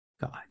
God